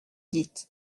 dites